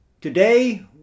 Today